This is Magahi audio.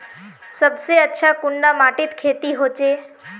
सबसे अच्छा कुंडा माटित खेती होचे?